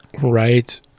Right